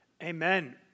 Amen